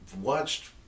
watched